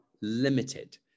limited